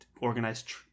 organized